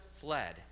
fled